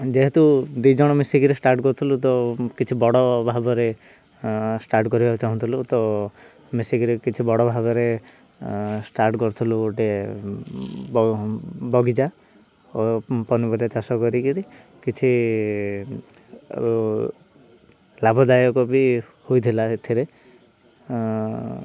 ଯେହେତୁ ଦି ଜଣ ମିଶିକିରି ଷ୍ଟାର୍ଟ କରୁଥିଲୁ ତ କିଛି ବଡ଼ ଭାବରେ ଷ୍ଟାର୍ଟ କରିବାକୁ ଚାହୁଁଥିଲୁ ତ ମିଶିକିରି କିଛି ବଡ଼ ଭାବରେ ଷ୍ଟାର୍ଟ କରୁଥିଲୁ ଗୋଟେ ବଗିଚା ଓ ପନିପରିବା ଚାଷ କରିକିରି କିଛି ଲାଭଦାୟକ ବି ହୋଇଥିଲା ଏଥିରେ